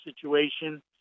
situation